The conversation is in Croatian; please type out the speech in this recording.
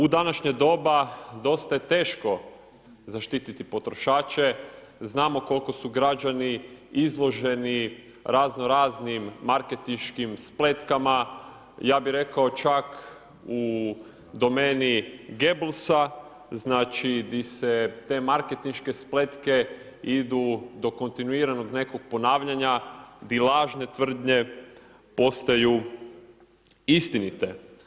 U današnje doba dosta je teško zaštititi potrošače, znamo koliko su građani izloženi raznoraznim marketinškim spletkama, ja bi rekao čak u domeni ... znači di se te marketinške spletke idu do kontinuiranog nekog ponavljanja di lažne tvrdnje postaju istinite.